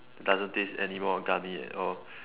doesn't taste anymore gummy at all